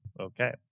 Okay